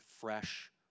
fresh